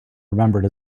remembered